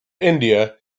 india